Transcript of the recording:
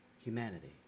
humanity